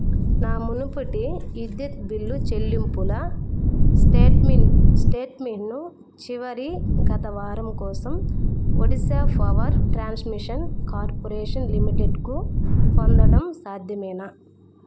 నా మునుపటి విద్యుత్ బిల్లు చెల్లింపుల స్టేట్మెంట్ స్టేట్మెంట్ను చివరి గత వారం కోసం ఒడిశా పవర్ ట్రాన్స్మిషన్ కార్పొరేషన్ లిమిటెడ్కు పొందడం సాధ్యమేనా